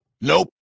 Nope